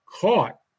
caught